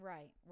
Right